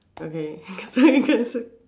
okay sorry cancel